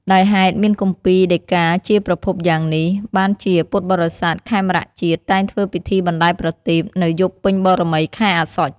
ដោយហេតុមានគម្ពីរដីកាជាប្រភពយ៉ាងនេះ បានជាពុទ្ធបរិស័ទខេមរជាតិតែងធ្វើពិធីបណ្ដែតប្រទីប នៅយប់ពេញបូរមីខែអស្សុជ។